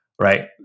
right